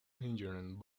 engined